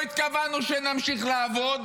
לא התכוונו שנמשיך לעבוד